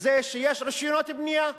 זה שיש רשיונות בנייה,